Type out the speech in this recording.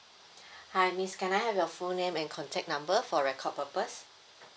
hi miss can I have your full name and contact number for record purpose